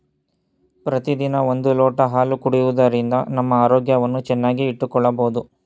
ಪ್ರತಿದಿನ ಒಂದು ಲೋಟ ಹಾಲು ಕುಡಿಯುವುದರಿಂದ ನಮ್ಮ ಆರೋಗ್ಯವನ್ನು ಚೆನ್ನಾಗಿ ಇಟ್ಟುಕೊಳ್ಳಬೋದು